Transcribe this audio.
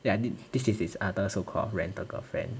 then I need this is his other so called rental girlfriend